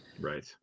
right